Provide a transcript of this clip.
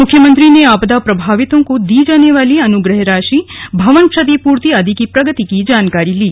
मुख्यमंत्री ने आपदा प्रभावितों को दी जाने वाली अनुग्रह राशि भवन क्षतिपूर्ति आदि की प्रगति की जानकारी ली